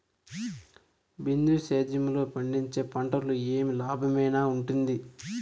బిందు సేద్యము లో పండించే పంటలు ఏవి లాభమేనా వుంటుంది?